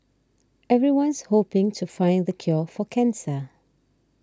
everyone's hoping to find the cure for cancer